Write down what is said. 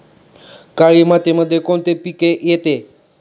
काळी मातीमध्ये कोणते पिके येते?